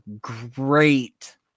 great